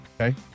Okay